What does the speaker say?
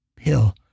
Hill